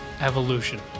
evolution